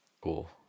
Cool